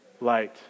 Light